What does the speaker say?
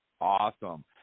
awesome